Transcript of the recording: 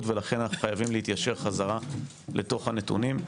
ולכן אנחנו חייבים להתיישר חזרה לתוך הנתונים.